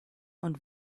und